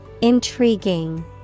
INTRIGUING